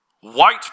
White